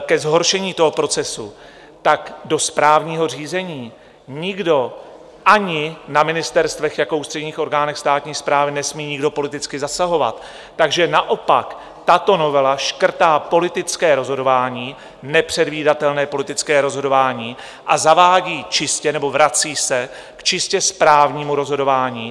ke zhoršení toho procesu, tak do správního řízení nikdo, ani na ministerstvech jako ústředních orgánech státní správy, nesmí nikdo politicky zasahovat, takže naopak tato novela škrtá politické rozhodování, nepředvídatelné politické rozhodování, a vrací se k čistě správnímu rozhodování.